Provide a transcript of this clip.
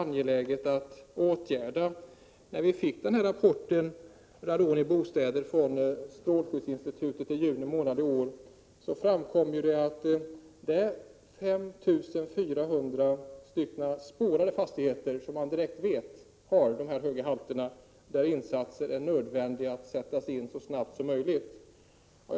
När vi fick rapporten Radon i bostäder från strålskyddsinstitutet i juni 26 november 1987 månad i år, fick vi veta att det finns 5 400 spårade fastigheter med höga radonhalter. Det finns alltså så många fastigheter där man direkt vet att det är nödvändigt att göra insatser så snabbt som möjligt.